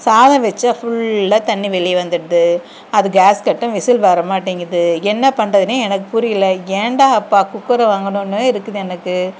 சாதம் வச்சா ஃபுல்லாக தண்ணி வெளியே வந்துடுது அது கேஸ்கட்டும் விசில் வர மாட்டேங்குது என்ன பண்ணுறதுனே எனக்குப் புரியலை ஏன்டா அப்பா குக்கரு வாங்கினோன்னு இருக்குது எனக்கு